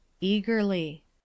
Eagerly